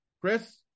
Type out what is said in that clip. Chris